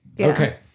Okay